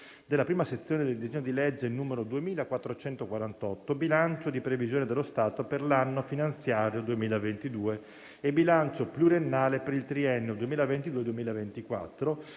della prima sezione del disegno di legge n. 2448 «Bilancio di previsione dello Stato per l'anno finanziario 2022 e bilancio pluriennale per il triennio 2022-2024»,